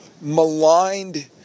maligned